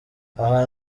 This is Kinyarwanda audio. aha